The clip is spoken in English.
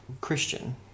Christian